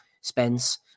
Spence